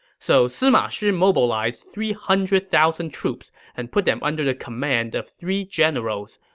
so sima shi mobilized three hundred thousand troops and put them under the command of three generals,